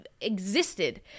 existed